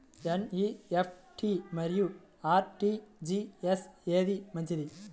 NEFT మరియు RTGS ఏది మంచిది?